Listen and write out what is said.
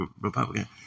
Republican